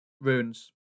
Runes